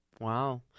Wow